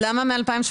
למה מ-2018?